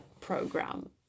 program